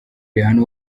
rihana